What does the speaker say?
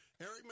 Eric